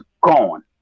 gone